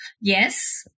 Yes